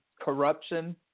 corruption